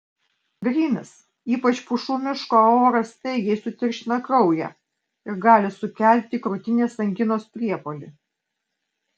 grynas ypač pušų miško oras staigiai sutirština kraują ir gali sukelti krūtinės anginos priepuolį